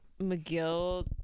McGill